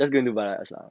okay okay balayage lah